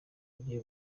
agiye